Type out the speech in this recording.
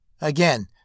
Again